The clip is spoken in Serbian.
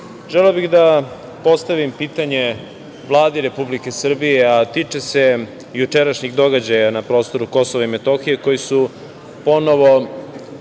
želeo bih da postavim pitanje Vladi Republike Srbije, a tiče se jučerašnjeg događaja na prostoru KiM, koji su ponovo